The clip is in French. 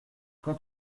quand